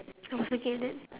oh I second that